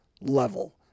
level